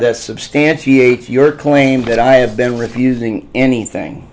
that substantiate your claim that i have been refusing anything